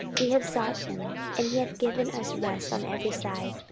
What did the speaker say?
we have sought him, and he hath given us rest on every side.